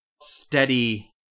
steady